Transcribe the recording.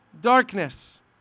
darkness